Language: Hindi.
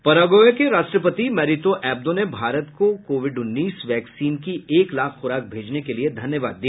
पराग्वे के राष्ट्रपति मैरितो एब्दो ने भारत को कोविड उन्नीस वेक्सीन की एक लाख खुराक भेजने के लिए धन्यवाद दिया